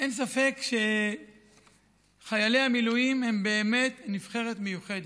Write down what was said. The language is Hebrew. אין ספק שחיילי המילואים הם באמת נבחרת מיוחדת,